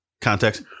context